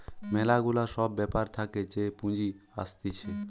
ম্যালা গুলা সব ব্যাপার থাকে যে পুঁজি আসতিছে